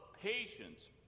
patience